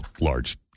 large